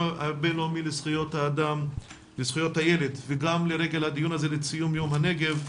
הבינלאומי לזכויות הילד וגם לרגל הדיון הזה לציון יום הנגב,